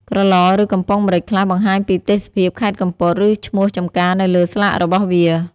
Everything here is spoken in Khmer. ក្រឡ ឬ កំប៉ុងម្រេចខ្លះបង្ហាញពីទេសភាពខេត្តកំពត ឬ ឈ្មោះចម្ការនៅលើស្លាករបស់វា។